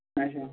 اچھا